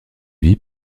vie